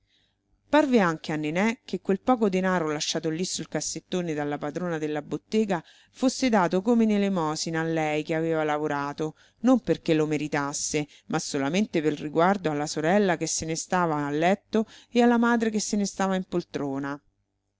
luigi pirandello lasciato lì sul cassettone dalla padrona della bottega fosse dato come in elemosina a lei che aveva lavorato non perché lo meritasse ma solamente per riguardo alla sorella che se ne stava a letto e alla madre che se ne stava in poltrona